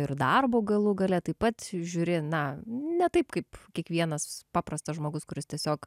ir darbu galų gale taip pat žiūri na ne taip kaip kiekvienas paprastas žmogus kuris tiesiog